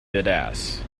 vedas